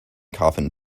coffin